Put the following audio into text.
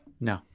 No